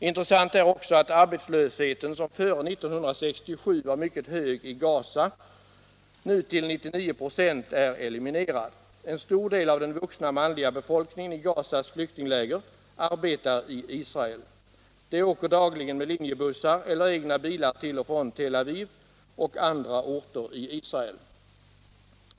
Intressant är också att arbetslösheten, som före 1967 var mycket hög i Gaza, nu till 99 96 är eliminerad. En stor del av den vuxna manliga befolkningen i Gazas flyktingläger arbetar i Israel. De åker dagligen med linjebussar eller egna bilar till och från Tel Aviv och andra orter i Israel.